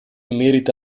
merita